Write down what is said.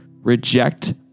reject